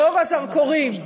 באור הזרקורים,